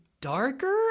darker